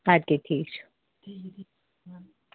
ادٕ کیاہ ٹھیٖک چھُ